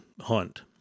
hunt